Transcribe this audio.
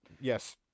yes